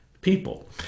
people